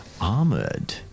armored